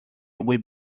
will